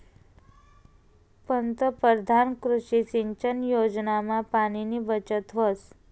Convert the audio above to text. पंतपरधान कृषी सिंचन योजनामा पाणीनी बचत व्हस